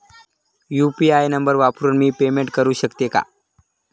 UPI number वापरून मी payment करू शकते का?